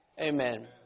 Amen